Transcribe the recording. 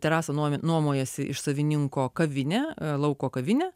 terasą nuomojasi iš savininko kavinę lauko kavinę